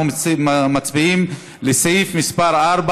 אנחנו מצביעים על סעיף מס' 4,